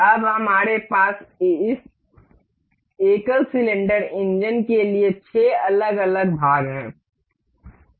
अब हमारे पास इस एकल सिलेंडर इंजन के लिए 6 अलग अलग भाग हैं